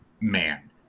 man